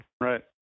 Right